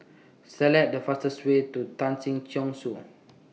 Select The fastest Way to Tan Si Chong Su